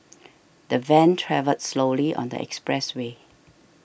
the van travelled slowly on the expressway